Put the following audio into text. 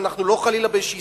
אנחנו לא חלילה באיזו סטגנציה.